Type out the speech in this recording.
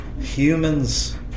Humans